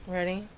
Ready